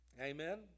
Amen